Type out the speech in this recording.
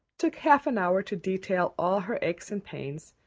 took half an hour to detail all her aches and pains,